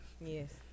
Yes